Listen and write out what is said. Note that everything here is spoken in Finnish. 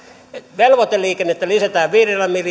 velvoiteliikennettä lisätään viidellä